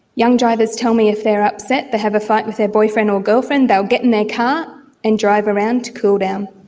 young drivers tell me if they are upset, they have a fight with their boyfriend or girlfriend, they'll get in their car and drive around to cool down.